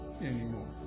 anymore